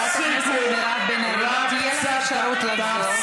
חברת הכנסת מירב בן ארי, תהיה לך אפשרות לעלות.